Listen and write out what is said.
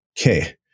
okay